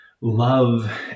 love